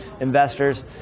investors